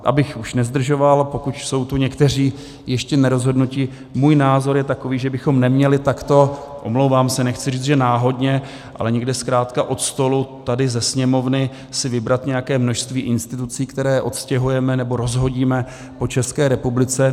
Abych už nezdržoval, pokud jsou tu někteří ještě nerozhodnuti, můj názor je takový, že bychom neměli takto omlouvám se, nechci říct, že náhodně, ale někde zkrátka od stolu tady ze Sněmovny si vybrat nějaké množství institucí, které odstěhujeme nebo rozhodíme po České republice.